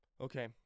Okay